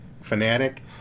fanatic